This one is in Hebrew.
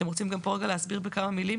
אתם רוצים גם פה רגע להסביר בכמה מילים?